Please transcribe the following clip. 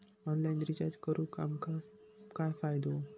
Online recharge करून आमका काय फायदो?